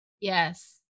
Yes